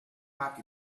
pack